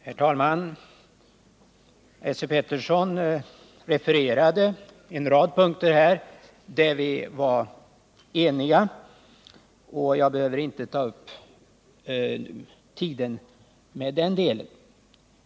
Herr talman! Esse Petersson refererade till en rad punkter där vi var eniga. Jag behöver inte ta upp tiden med den delen.